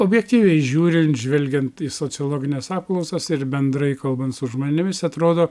objektyviai žiūrint žvelgiant į sociologines apklausas ir bendrai kalbant su žmonėmis atrodo